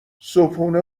صبحونه